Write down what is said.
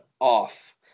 off